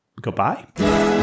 Goodbye